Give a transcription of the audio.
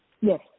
Yes